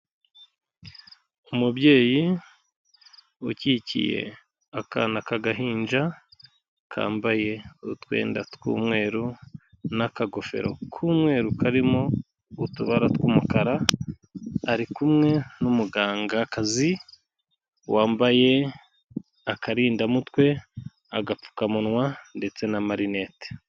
Umubyeyi ukikiye akana k'agahinja, kambaye utwenda tw'umweru n'akagofero k'umweru karimo utubara tw'umukara, ari kumwe n'umugangakazi wambaye akarindamutwe, agapfukamunwa ndetse n'amarinete.